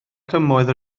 cymoedd